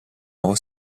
nuovo